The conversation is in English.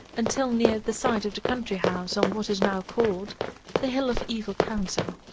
until near the site of the country-house on what is now called the hill of evil counsel